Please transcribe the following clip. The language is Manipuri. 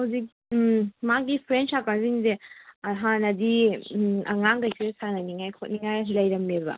ꯍꯧꯖꯤꯛ ꯃꯥꯒꯤ ꯐ꯭ꯔꯦꯟ ꯁꯥꯔꯀꯜꯁꯤꯡꯖꯦ ꯍꯥꯟꯅꯗꯤ ꯑꯉꯥꯡꯒꯩꯁꯨ ꯁꯥꯟꯅꯅꯤꯡꯉꯥꯏ ꯈꯣꯠꯅꯤꯡꯉꯥꯏ ꯂꯩꯔꯝꯃꯦꯕ